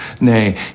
nay